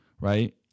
Right